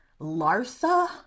Larsa